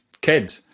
kid